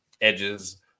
Edge's